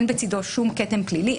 אין בצדו כתם פלילי,